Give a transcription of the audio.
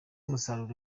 umusaruro